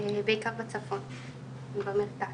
בעיקר בצפון ובמרכז